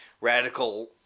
radical